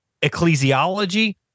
ecclesiology